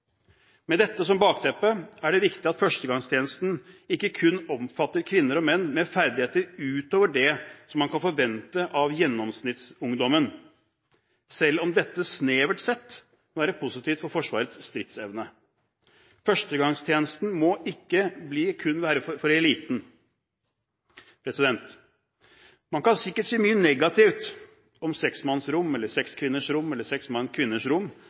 Med dette som bakteppe er det viktig at førstegangstjenesten ikke kun omfatter kvinner og menn med ferdigheter utover det som man kan forvente av gjennomsnittsungdommen, selv om dette, snevert sett, må være positivt for Forsvarets stridsevne. Førstegangstjenesten må ikke kun være for eliten. Man kan sikkert si mye negativt om seksmannsrom eller sekskvinnersrom eller